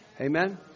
Amen